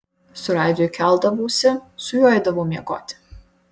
su radiju keldavausi su juo eidavau miegoti